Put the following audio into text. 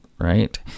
right